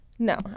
No